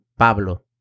Pablo